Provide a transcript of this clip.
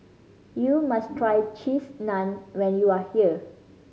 you must try Cheese Naan when you are here